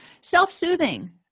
self-soothing